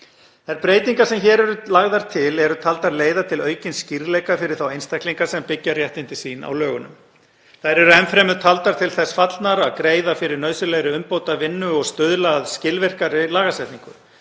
Þær breytingar sem hér eru lagðar til eru taldar leiða til aukins skýrleika fyrir þá einstaklinga sem byggja réttindi sín á lögunum. Þær eru enn fremur taldar til þess fallnar að greiða fyrir nauðsynlegri umbótavinnu og stuðla að skilvirkari lagasetningu.